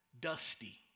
dusty